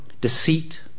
deceit